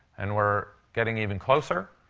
and we're getting even closer.